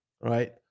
right